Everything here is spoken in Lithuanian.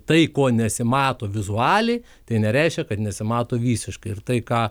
tai ko nesimato vizualiai tai nereiškia kad nesimato visiškai ir tai ką